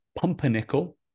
pumpernickel